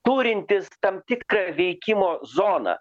turintis tam tikrą veikimo zoną